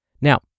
Now